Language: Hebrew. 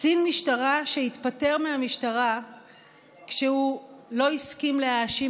קצין משטרה שהתפטר מהמשטרה כשהוא לא הסכים להאשים